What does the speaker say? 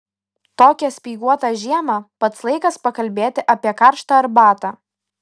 tokią speiguotą žiemą pats laikas pakalbėti apie karštą arbatą